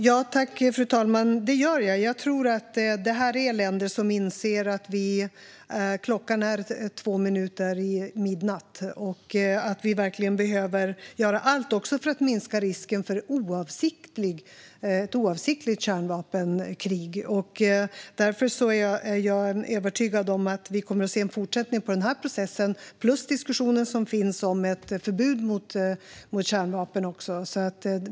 Fru talman! Ja, det gör jag. Det här är länder som inser att klockan är två minuter i midnatt, och vi behöver verkligen göra allt för att minska risken för ett oavsiktligt kärnvapenkrig. Därför är jag övertygad om att vi kommer att se en fortsättning på processen. Det gäller också diskussionen om ett förbud mot kärnvapen.